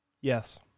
Yes